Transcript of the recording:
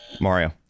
Mario